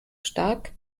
stark